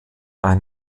ein